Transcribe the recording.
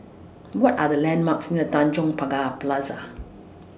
What Are The landmarks near Tanjong Pagar Plaza